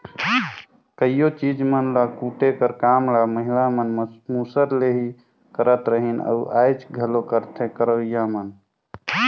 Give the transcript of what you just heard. कइयो चीज मन ल कूटे कर काम ल महिला मन मूसर ले ही करत रहिन अउ आएज घलो करथे करोइया मन